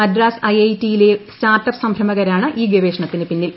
Madras IIT യിലെ start up സംരംഭകരാണ് ഈ ഗവേഷണത്തിന് പിന്നിൽ